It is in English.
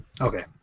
Okay